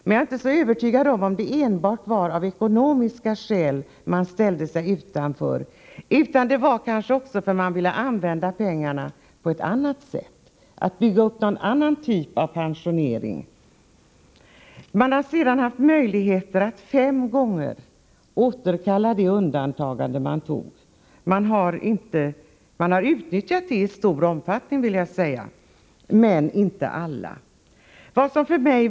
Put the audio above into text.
Men jag är inte så övertygad om att det var enbart av ekonomiska skäl som man ställde sig utanför, utan det var kanske därför att man ville använda pengarna på annat sätt, för att bygga upp en annan typ av pensionering. Det har sedan funnits möjligheter vid fem tillfällen att återkalla undantagandet. Detta har utnyttjats i stor utsträckning, vill jag säga, men alla har inte gjort det.